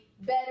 better